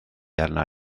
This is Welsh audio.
arna